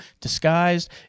disguised